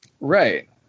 right